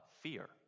fear